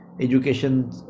education